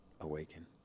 Awaken